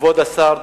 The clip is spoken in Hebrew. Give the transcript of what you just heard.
כבוד השר,